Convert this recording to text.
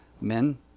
Men